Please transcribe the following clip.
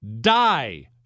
Die